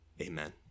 Amen